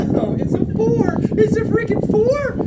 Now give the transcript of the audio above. so it's a four. it's a frickin' four?